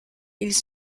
ils